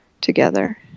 together